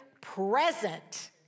present